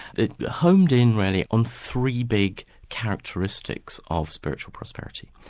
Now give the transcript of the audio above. it homed in really on three big characteristics of spiritual prosperity.